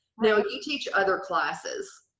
now, if you teach other classes,